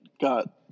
got